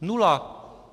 Nula!